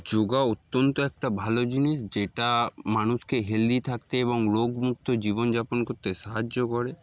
যোগা অত্যন্ত একটা ভালো জিনিস যেটা মানুষকে হেলদি থাকতে এবং রোগমুক্ত জীবনযাপন করতে সাহায্য করে